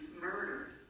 murdered